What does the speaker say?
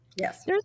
Yes